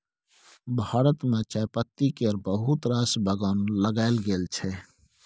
भारत मे चायपत्ती केर बहुत रास बगान लगाएल गेल छै